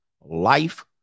life